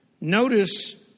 Notice